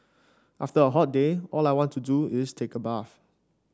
after a hot day all I want to do is take a bath